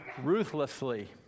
ruthlessly